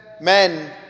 Men